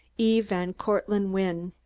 e. van cortlandt wynne